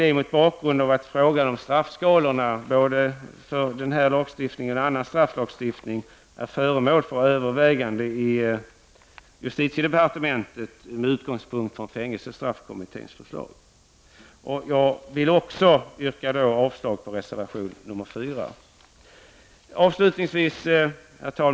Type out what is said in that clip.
Det gör jag med hänvisning till att frågan om straffskalorna för både den här lagstiftningen och annan strafflagstiftning är föremål för överväganden i justitiedepartementet med utgångspunkt i fängelstraffkommitténs förslag. Jag yrkar också avslag på reservation 4. Herr talman!